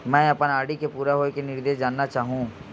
मैं अपन आर.डी के पूरा होये के निर्देश जानना चाहहु